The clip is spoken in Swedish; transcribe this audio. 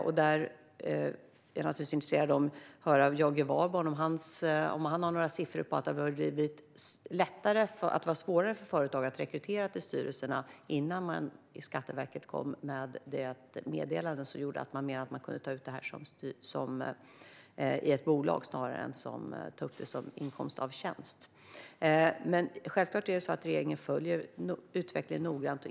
Jag är naturligtvis intresserad av att höra om Jörgen Warborn har några siffror som visar att det var svårare för företagen att rekrytera till styrelserna innan Skatteverket kom med det meddelande som innebar att man kunde fakturera arvodet i ett bolag i stället för att ta upp det som inkomst av tjänst. Men självklart följer regeringen utvecklingen noggrant.